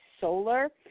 solar